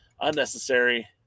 unnecessary